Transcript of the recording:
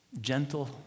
gentle